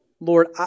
Lord